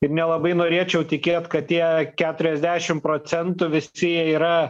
ir nelabai norėčiau tikėt kad tie keturiasdešim procentų visi jie yra